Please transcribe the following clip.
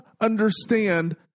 understand